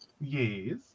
Yes